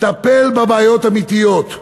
טפל בבעיות האמיתיות.